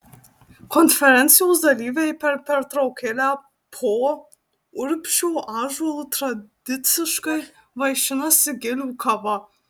konferencijos dalyviai per pertraukėlę po urbšio ąžuolu tradiciškai vaišinasi gilių kava